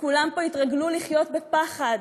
וכולם פה התרגלו לחיות בפחד.